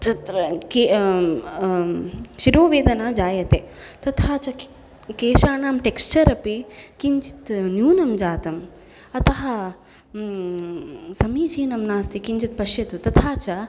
तत्र के शिरोवेदना जायते तथा च केशानां टेक्स्चर् अपि किञ्चित् न्यूनं जातम् अतः समीचीनं नास्ति किञ्चित् पश्यतु तथा च